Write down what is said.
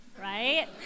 right